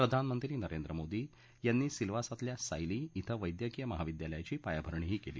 प्रधानमंत्री नरेंद्र मोदी यांनी सिल्वासातल्या सायली इथं वद्क्कीय महाविद्यालयाची पायाभरणी केली